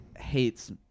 hates